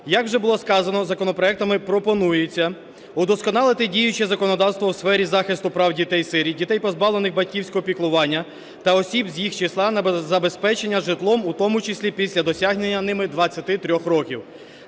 Як вже було сказано, законопроектами пропонується удосконалити діюче законодавство в сфері захисту прав дітей-сиріт, дітей, позбавлених батьківського піклування, та осіб з їх числа на забезпечення житлом, в тому числі після досягнення ними 23 років,